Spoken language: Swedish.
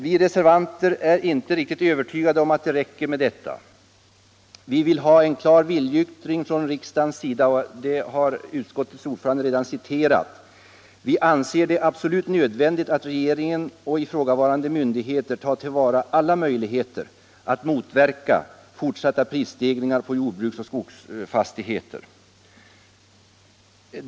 Vi reservanter är inte övertygade om att det räcker med detta. Vi vill ha en klar viljeyttring från riksdagens sida. Det har utskottets ordförande redan citerat. Vi anser det absolut nödvändigt att regeringen och ifrågavarande myndigheter tar till vara alla möjligheter att motverka fortsatta prisstegringar på jordbruksoch skogsfastigheter.